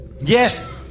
Yes